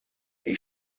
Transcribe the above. bhí